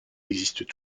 existent